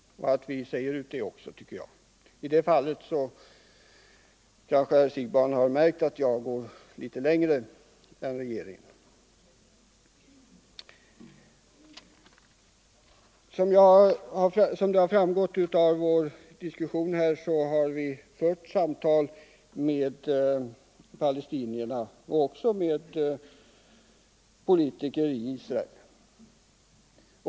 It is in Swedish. Herr Siegbahn kanske märker att jag i det fallet går litet längre än regeringen. Som framgått av diskussionen har vi haft samtal med palestinierna liksom med politiker i Israel.